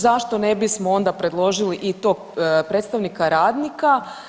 Zašto ne bismo onda predložili i tog predstavnika radnika?